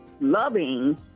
loving